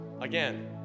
again